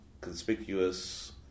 conspicuous